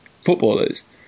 footballers